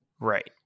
right